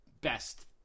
best